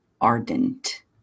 ardent